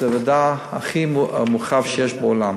זה הוועדה, הכי מורחב שיש בעולם.